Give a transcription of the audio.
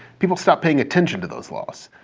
people stop paying attention to those laws.